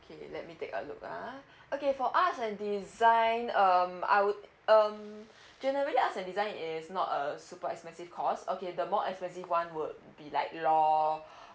okay let me take a look ah okay for arts and design um I would um generally arts and design is not a super expensive course okay the more expensive one would be law